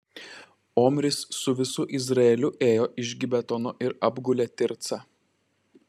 omris su visu izraeliu ėjo iš gibetono ir apgulė tircą